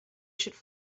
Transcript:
should